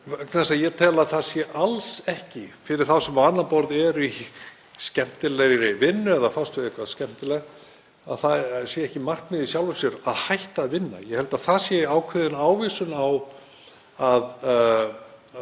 það sé alls ekki fyrir þá sem á annað borð eru í skemmtilegri vinnu eða fást við eitthvað skemmtilegt markmið í sjálfu sér að hætta að vinna. Ég held að það sé ákveðin ávísun á að